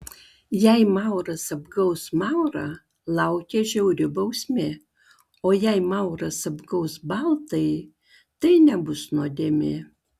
jei mauras apgaus maurą laukia žiauri bausmė o jei mauras apgaus baltąjį tai nebus nuodėmė